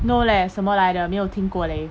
no leh 什么来的没有听过 leh